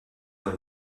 dans